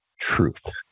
truth